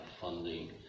funding